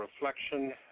Reflection